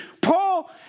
Paul